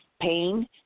pain